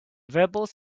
variables